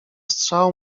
strzał